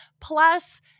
Plus